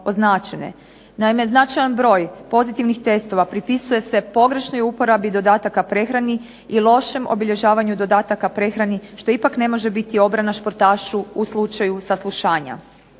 Naime značajan broj pozitivnih testova pripisuje se pogrešnoj uporabi dodataka prehrani i lošem obilježavanju dodataka prehrani, što ipak ne može biti obrana športašu u slučaju saslušanja.